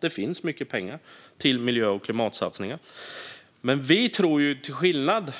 Det finns mycket pengar till miljö och klimatsatsningar. Vi tror, kanske till skillnad